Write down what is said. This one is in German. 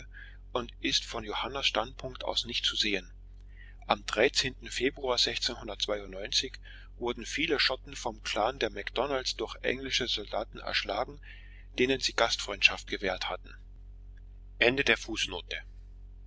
und ist von johannas standpunkt aus nicht zu sehen am februar wurden viele schotten vom clan der macdonalds durch englische soldaten erschlagen denen sie gastfreundschaft gewährt hatten